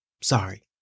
Sorry